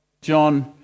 John